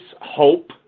hope